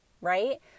right